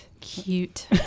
cute